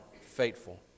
faithful